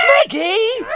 maggie!